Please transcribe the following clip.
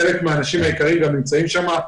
חלק מן האנשים היקרים שמשתתפים בדיון גם נמצאים שם,